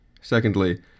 Secondly